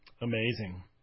Amazing